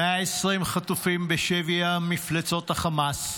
120 חטופים בשבי מפלצות החמאס,